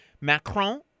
Macron